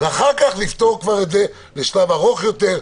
ואחר כך לפתור את זה כבר לשלב ארוך יותר,